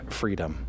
freedom